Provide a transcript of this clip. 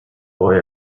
boy